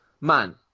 Man